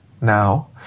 now